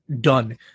done